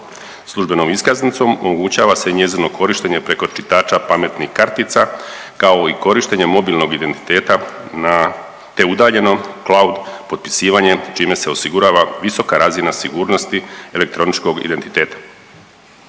Službenom iskaznicom omogućava se njezino korištenje preko čitača pametnih kartica, kao i korištenje mobilnog identiteta na, te udaljenom cloud potpisivanjem čime se osigurava visoka razina sigurnosti elektroničkog identiteta.